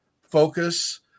focus